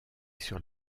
sur